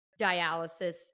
dialysis